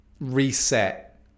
reset